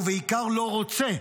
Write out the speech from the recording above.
ובעיקר לא רוצה,